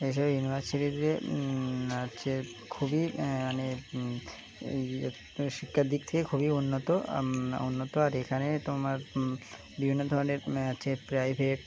এইসব ইউনিভার্সিটিতে হচ্ছে খুবই মানে শিক্ষার দিক থেকে খুবই উন্নত উন্নত আর এখানে তোমার বিভিন্ন ধরনের হচ্ছে প্রাইভেট